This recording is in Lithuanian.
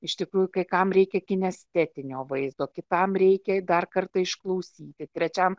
iš tikrųjų kai kam reikia kinestetinio vaizdo kitam reikia dar kartą išklausyti trečiam